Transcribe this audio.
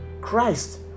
Christ